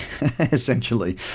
essentially